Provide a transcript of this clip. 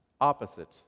opposite